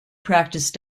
practice